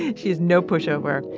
and she is no pushover.